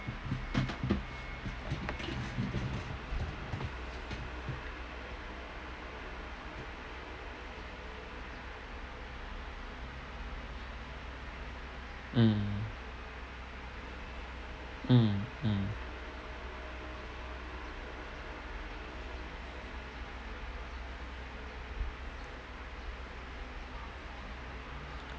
mm mmhmm mm